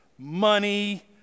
Money